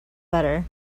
better